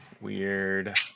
Weird